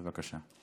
בבקשה.